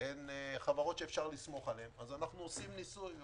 ניתן לסמוך עליהן, אנחנו עושים ניסוי.